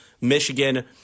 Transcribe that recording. Michigan